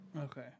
Okay